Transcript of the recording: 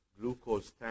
glucose